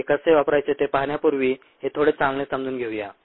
हे कसे वापरायचे ते पाहण्यापूर्वी हे थोडे चांगले समजून घेऊया